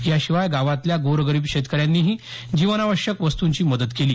याशिवाय गावातल्या गोरगरीब शेतकऱ्यांनीही जीवनावश्यक वस्तुंची मदत केली